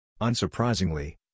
Unsurprisingly